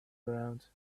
ground